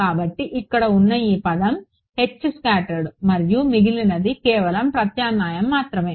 కాబట్టి ఇక్కడ ఉన్న ఈ పదం మరియు మిగిలినది కేవలం ప్రత్యామ్నాయం మాత్రమే